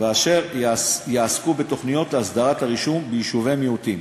ואשר יעסקו בתוכניות להסדרת הרישום ביישובי מיעוטים.